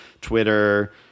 Twitter